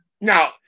Now